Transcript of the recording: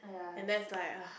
and that's like ugh